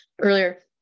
earlier